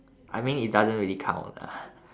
I mean it doesn't really count lah